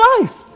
life